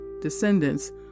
descendants